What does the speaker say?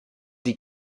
die